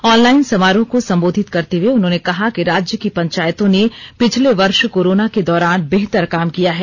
online समारोह को सम्बोधित करते हुए उन्होंने कहा कि राज्य की पंचायतों ने पिछले वर्ष कोरोना के दौरान बेहतर काम किया है